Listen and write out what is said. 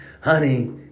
honey